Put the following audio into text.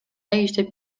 иштеп